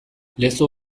lezo